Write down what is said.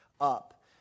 up